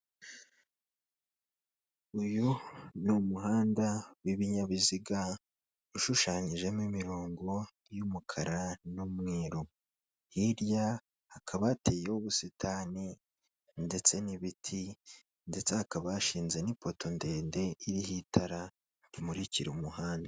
Uyu ni umuhanda w'ibinyabiziga ushushanyijemo imirongo y'umukara n'umweru, hirya hakaba hateyeho ubusitani ndetse n'ibiti, ndetse hakaba hashinze n'ipoto ndende iriho itara rimurikira umuhanda.